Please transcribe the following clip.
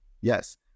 Yes